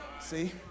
See